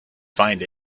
find